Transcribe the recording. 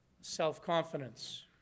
self-confidence